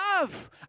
love